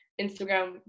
Instagram